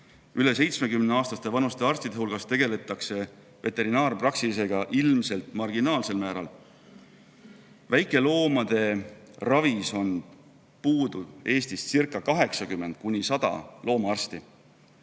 Üle 70-aastaste arstide hulgas tegeletakse veterinaarpraksisega ilmselt marginaalsel määral. Väikeloomade ravis on Eestis puuducirca80–100 loomaarsti,